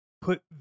put